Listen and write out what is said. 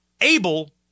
able